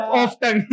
often